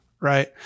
right